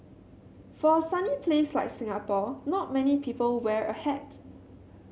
for a sunny place like Singapore not many people wear a hat